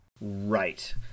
Right